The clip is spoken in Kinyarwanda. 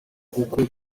kuko